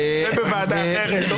זה בוועדה אחרת.